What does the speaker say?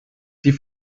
die